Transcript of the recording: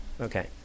Okay